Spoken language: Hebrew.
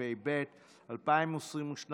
התשפ"ב 2022,